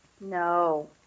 No